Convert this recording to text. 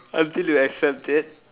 until you accept it